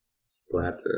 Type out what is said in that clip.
splatter